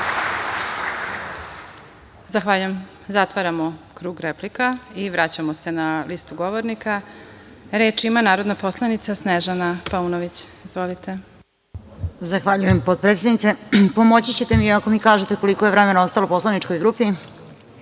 Zahvaljujem. Zatvaramo krug replika i vraćamo se na listu govornika. Reč ima narodni poslanik Snežana Paunović. Izvolite. **Snežana Paunović** Zahvaljujem potpredsednice. Pomoći ćete mi ako mi kažete koliko je vremena ostalo poslaničkoj